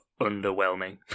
underwhelming